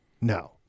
No